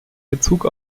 bezug